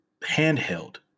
handheld